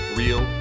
real